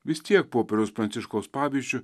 vis tiek popiežiaus pranciškaus pavyzdžiu